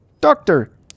doctor